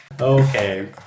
Okay